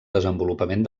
desenvolupament